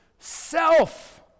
Self